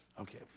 Okay